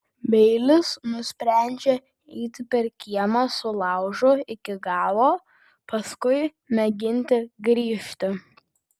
beilis nusprendžia eiti per kiemą su laužu iki galo paskui mėginti grįžti